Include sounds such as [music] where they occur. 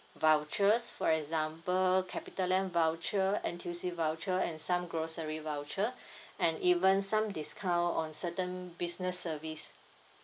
vouchers for example capitaland voucher N_T_U_C voucher and some grocery voucher [breath] and even some discount on certain business service